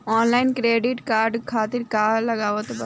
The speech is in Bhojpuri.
आनलाइन क्रेडिट कार्ड खातिर का का लागत बा?